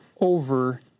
over